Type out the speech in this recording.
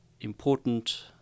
important